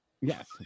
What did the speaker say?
Yes